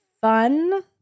fun